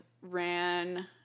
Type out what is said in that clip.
ran